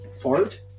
fart